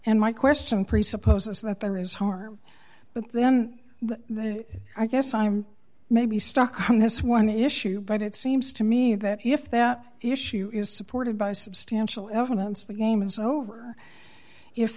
and my question presupposes that there is harm but then i guess i'm maybe stuck on this one issue but it seems to me that if that issue is supported by substantial evidence the game is over if